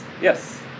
Yes